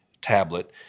tablet